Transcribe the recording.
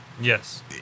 Yes